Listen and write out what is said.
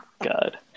God